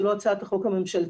זה לא הצעת החוק הממשלתית.